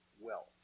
wealth